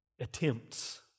Attempts